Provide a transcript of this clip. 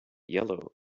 yellow